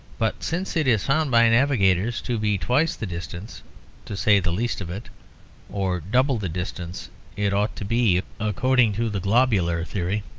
but since it is found by navigators to be twice the distance to say the least of it or double the distance it ought to be according to the globular theory,